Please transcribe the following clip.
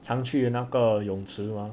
常去那个泳池 mah